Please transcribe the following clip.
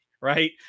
right